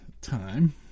time